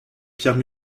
pierre